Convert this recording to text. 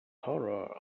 horror